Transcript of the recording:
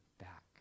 back